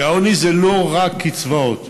כי העוני זה לא רק קצבאות,